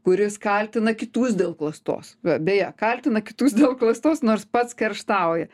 kuris kaltina kitus dėl klastos beje kaltina kitus dėl klastos nors pats kerštauja